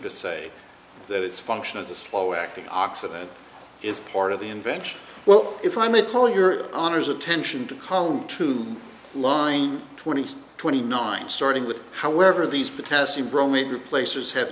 to say that its function is a slow acting occident is part of the invention well if i may call your honor's attention to calm to line twenty twenty nine starting with however these potassium bromide replaces have